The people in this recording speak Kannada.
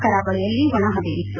ಕರಾವಳಿಯಲ್ಲಿ ಒಣಹವೆ ಇತ್ತು